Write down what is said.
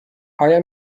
آیا